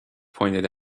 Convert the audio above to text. pointed